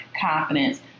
confidence